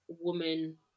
woman